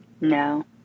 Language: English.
no